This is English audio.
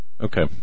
Okay